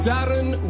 Darren